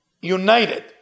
united